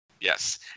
Yes